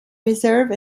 reserve